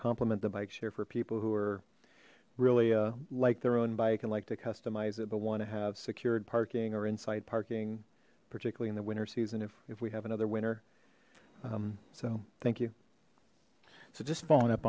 complement the bike share for people who are really like their own bike and like to customize it but want to have secured parking or inside parking particularly in the winter season if we have another winner so thank you so just following up